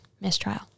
mistrial